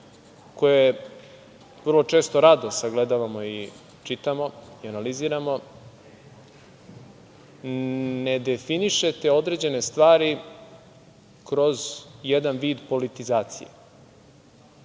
koje vrlo često rado sagledavamo i čitamo, i analiziramo ne definišete određene stvari kroz jedan vid politizacije.